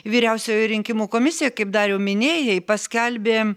vyriausioji rinkimų komisija kaip dariau minėjai paskelbė